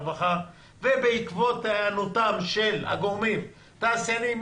הרווחה והבריאות ובעקבות היענותם של הגורמים התעשיינים,